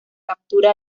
captura